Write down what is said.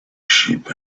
sheep